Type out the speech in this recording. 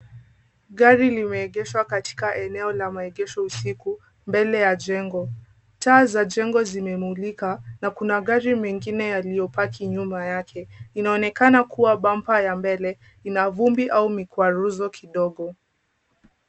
Gari limeegeshwa katika eneo la maegesho usiku mbele ya jengo. Taa za jengo zimemulika na kuna gari mengine yaliyopaki nyuma yake. Inaonekana kuwa bumper ya mbali, ina vumbi au mikwaruzo kidogo.